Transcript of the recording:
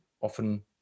often